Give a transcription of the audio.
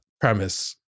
premise